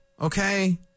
okay